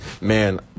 man